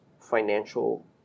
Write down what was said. financial